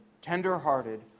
tender-hearted